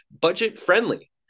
budget-friendly